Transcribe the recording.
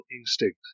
instinct